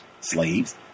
Slaves